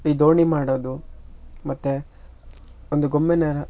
ಈ ದೋಣಿ ಮಾಡೋದು ಮತ್ತು ಒಂದು ಗೊಂಬೆನ್ಯಾರ